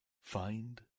find